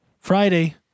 Friday